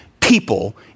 people